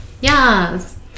Yes